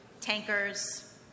tankers